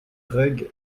rég